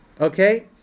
Okay